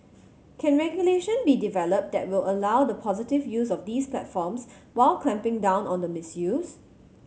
can regulation be developed that will allow the positive use of these platforms while clamping down on the misuse